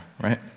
right